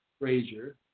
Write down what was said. Frazier